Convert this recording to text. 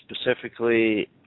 specifically